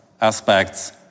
aspects